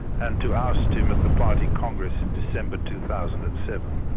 and to oust him at the party congress in december two thousand and seven.